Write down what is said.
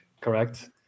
correct